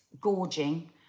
gorging